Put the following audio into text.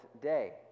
day